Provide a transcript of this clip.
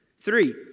Three